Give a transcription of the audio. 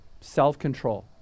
Self-control